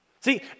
See